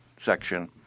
section